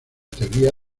teoría